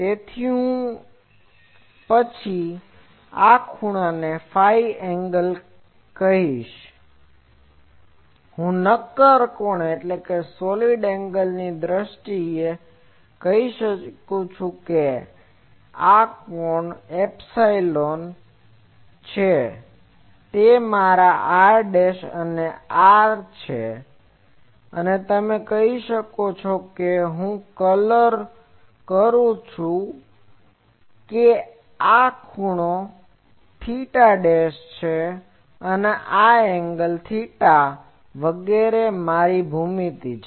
તેથી પછી આ ખૂણાને φ એન્ગલ કહેવામાં આવશે અને હું નક્કર કોણની દ્રષ્ટિએ કહી શકું છું કે આ કોણ ને ψ કહીએ તે છે r આ r છે અને તમે કહી શકો છો કે હું કલર કરું છું કે આ ખૂણો θ છે અને આ એંગલ θ વગેરે છે આ મારી ભૂમિતિ છે